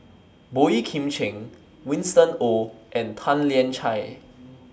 Boey Kim Cheng Winston Oh and Tan Lian Chye